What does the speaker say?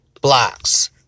blocks